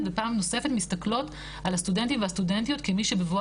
ופעם נוספת מסתכלות על הסטודנטים והסטודנטיות כמי שבבוא